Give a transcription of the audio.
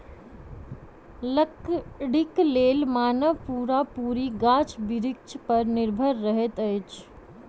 लकड़ीक लेल मानव पूरा पूरी गाछ बिरिछ पर निर्भर रहैत अछि